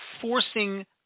forcing